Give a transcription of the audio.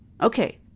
Okay